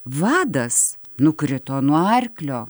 vadas nukrito nuo arklio